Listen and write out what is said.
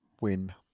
win